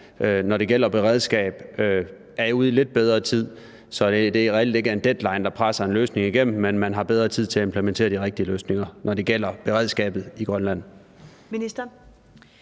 når det gælder beredskab, er ude i lidt bedre tid. Så det reelt ikke er en deadline, der presser en løsning igennem, men at man har bedre tid til at implementere de rigtige løsninger, når det gælder beredskabet i Grønland.